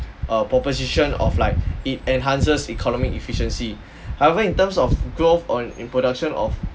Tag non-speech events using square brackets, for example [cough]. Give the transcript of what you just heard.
err proposition of like it enhances economic efficiency [breath] however in terms of growth on in production of